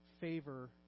favor